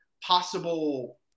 possible